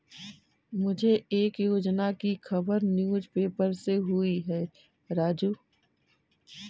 मुझे एक योजना की खबर न्यूज़ पेपर से हुई है राजू